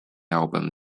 album